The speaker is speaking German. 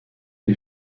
die